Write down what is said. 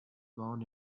born